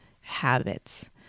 habits